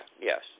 yes